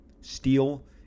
Steel